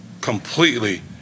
completely